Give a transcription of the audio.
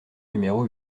numéro